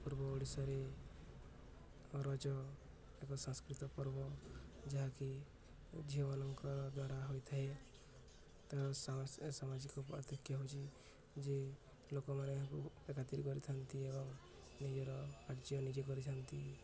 ପୂର୍ବ ଓଡ଼ିଶାରେ ରଜ ଏକ ସାଂସ୍କୃତକ ପର୍ବ ଯାହାକି ଝିଅମାନଙ୍କର ଦ୍ୱାରା ହୋଇଥାଏ ତ ସାମାଜିକ ପଦେକ୍ଷେପ ହଉଚି ଯେ ଲୋକମାନେ ଏହା କରିଥାନ୍ତି ଏବଂ ନିଜର କାର୍ଯ୍ୟ ନିଜେ କରିଥାନ୍ତି